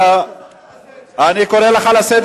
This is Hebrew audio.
גם לראש הממשלה הזאת